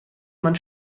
man